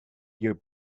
your